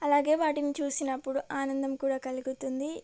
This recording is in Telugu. అలాగే వాటిని చూసినప్పుడు ఆనందం కూడా కలుగుతుంది